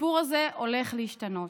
הסיפור הזה הולך להשתנות.